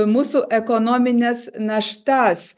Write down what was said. mūsų ekonomines naštas